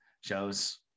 shows